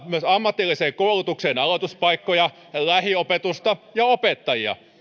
myös ammatilliseen koulutukseen aloituspaikkoja lähiopetusta ja opettajia